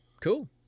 cool